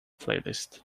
playlist